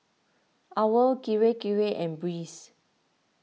Owl Kirei Kirei and Breeze